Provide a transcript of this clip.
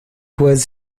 was